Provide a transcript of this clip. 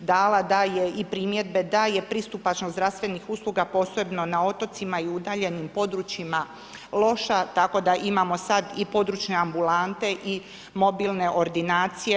dala daje i primjedbe da je pristupačnost zdravstvenih usluga posebno na otocima i udaljenim područjima loša, tako da imamo sad i područne ambulante i mobilne ordinacije.